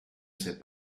sais